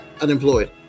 unemployed